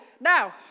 now